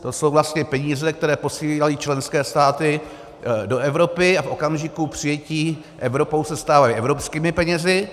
To jsou vlastně peníze, které posílají členské státy do Evropy a v okamžiku přijetí Evropou se stávají evropskými penězi.